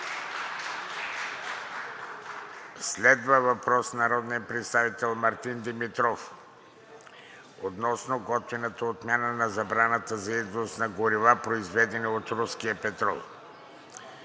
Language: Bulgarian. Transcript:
Следва въпрос от народния представител Мартин Димитров относно готвената отмяна на забраната на износ на горива, произведени от руски петрол.